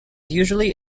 usually